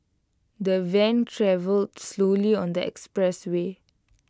the van travelled slowly on the expressway